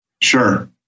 Sure